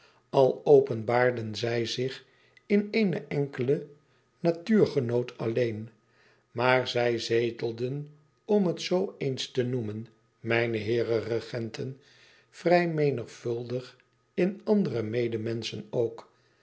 al openbaarden zij zich in eene enkele natuurgenoot alleen maar zij zetelen om het zoo eens te noemen mijne heeren regenten vrij menigvuldig in andere medemenschen ook